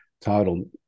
title